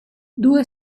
due